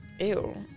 Ew